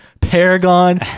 paragon